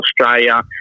Australia